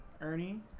Ernie